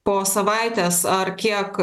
po savaitės ar kiek